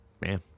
Man